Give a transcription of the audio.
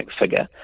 figure